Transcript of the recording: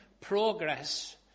progress